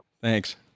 Thanks